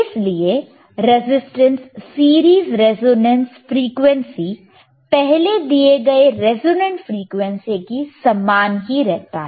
इसलिए resistance series resonance frequency पहले दिए गए रिजोनेंट फ्रिकवेंसी के समान ही रहता है